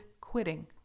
quitting